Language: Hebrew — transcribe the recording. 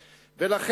אדוני, לסיכום.